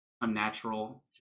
unnatural